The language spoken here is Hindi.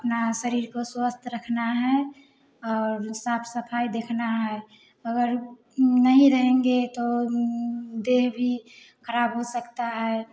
अपने शरीर को स्वस्थ रखना है और साफ सफाई देखना है अगर नहीं रहेंगे तो देह भी खराब हो सकता है